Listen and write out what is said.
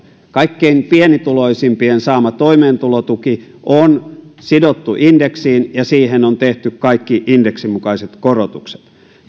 kaikkein pienituloisimpien saama toimeentulotuki on sidottu indeksiin ja siihen on tehty kaikki indeksin mukaiset korotukset